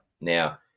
now